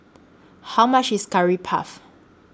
How much IS Curry Puff